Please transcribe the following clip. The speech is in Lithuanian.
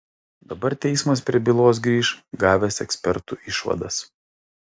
dabar teismas prie bylos grįš gavęs ekspertų išvadas